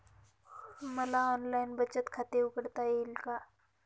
मला ऑनलाइन बचत खाते उघडता येईल का?